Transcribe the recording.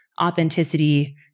authenticity